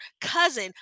cousin